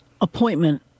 appointment